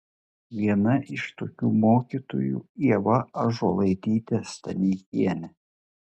viena iš tokių mokytojų ieva ąžuolaitytė staneikienė